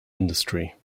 industry